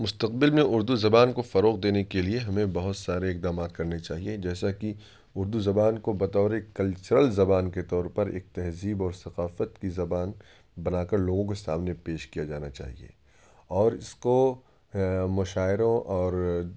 مستقبل میں اردو زبان کو فروغ دینے کے لیے ہمیں بہت سارے اقدامات کرنے چاہیے جیسا کہ اردو زبان کو بطور اک کلچرل زبان کے طور پر ایک تہذیب اور ثقافت کی زبان بنا کر لوگوں کے سامنے پیش کیا جانا چاہیے اور اس کو مشاعروں اور